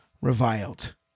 reviled